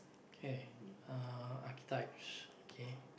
K uh archetypes okay